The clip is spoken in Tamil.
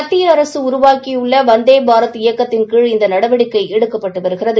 மத்திய அரசு உருவாக்கியுள்ள வந்தே பாரத் இயக்கத்தின் கீழ் இந்த நடவடிக்கை எடுக்கப்பட்டு வருகிறது